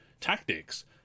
tactics